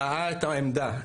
ראה את העמדה,